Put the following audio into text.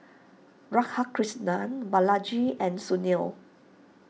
Radhakrishnan Balaji and Sunil